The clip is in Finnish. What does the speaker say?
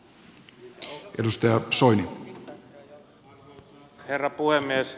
arvoisa herra puhemies